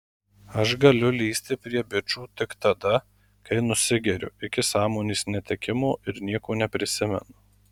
aš galiu lįsti prie bičų tik tada kai nusigeriu iki sąmonės netekimo ir nieko neprisimenu